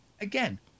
Again